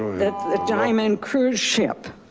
the the diamond cruise ship,